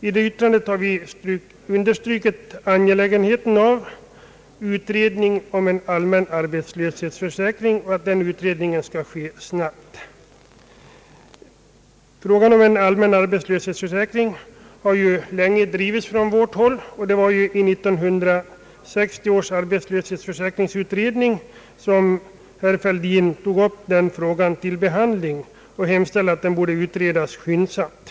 I detta har vi understrukit angelägenheten av att man får en utredning om en allmän arbetslöshetsförsäkring och att den utredningen sker snabbt. Frågan om en allmän arbetslöshetsförsäkring har länge drivits från vårt håll. Det var i 1960 års arbetslöshetsutredning som herr Fälldin tog upp den frågan till behandling och hemställde att den utreddes skyndsamt.